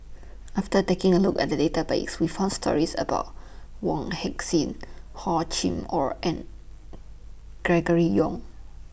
after taking A Look At The Database We found stories about Wong Heck Sing Hor Chim Or and Gregory Yong